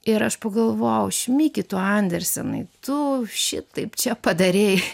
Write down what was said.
ir aš pagalvojau šmiki tu andersenai tu šitaip čia padarei